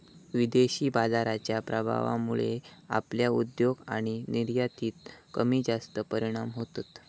विदेशी बाजाराच्या प्रभावामुळे आपल्या उद्योग आणि निर्यातीत कमीजास्त परिणाम होतत